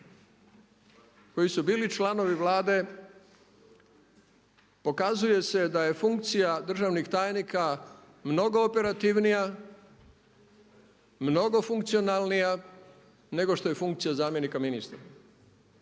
koji su bili članovi vlade pokazuje se da je funkcija državnih tajnika mnogo operativnija, mnogo funkcionalnija nego što je funkcija zamjenika ministra.